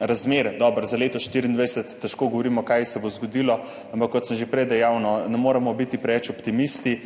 razmer. Dobro, za leto 2024 težko govorimo, kaj se bo zgodilo, ampak kot sem že prej dejal, ne moremo biti preveliki optimisti,